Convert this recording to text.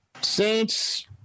Saints